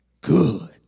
good